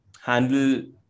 handle